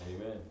Amen